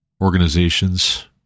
organizations